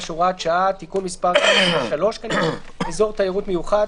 (הוראת שעה) (תיקון מס'...) 3 כנראה (אזור תיירות מיוחד),